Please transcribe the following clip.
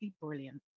brilliant